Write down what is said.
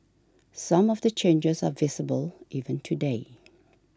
some of the changes are visible even today